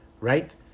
right